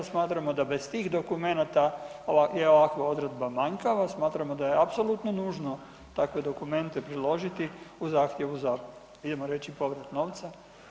Smatramo da bez tih dokumenata ova, je ovakva odredba manjkava, smatramo da je apsolutno nužno, dakle dokumente priložiti u zahtjevu za, idemo reći, povratu novca.